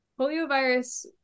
Poliovirus